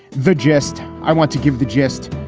the gist, i want to give the gist.